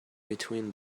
between